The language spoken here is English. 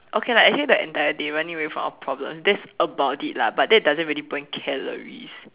okay lah actually the entire day running away from our problem that's about it lah but that doesn't really burn calories